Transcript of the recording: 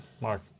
Mark